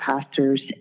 pastors